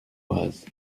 oise